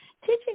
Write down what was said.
teaching